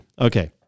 okay